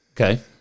Okay